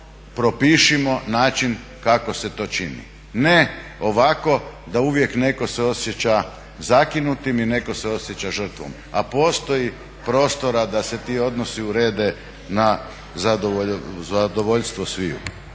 i propišimo način kako se to čini. Ne ovako da uvijek netko se osjeća zakinutim i netko se osjeća žrtvom, a postoji prostora da se ti odnosi urede na zadovoljstvo sviju.